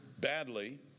badly